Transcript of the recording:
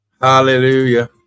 Hallelujah